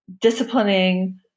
disciplining